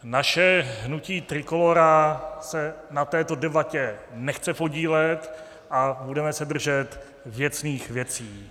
Naše hnutí Trikolóra se na této debatě nechce podílet a budeme se držet věcných věcí.